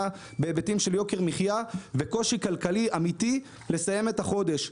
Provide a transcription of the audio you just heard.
בהיבטים של יוקר מחייה וקושי כלכלי אמיתי לסיים את החודש.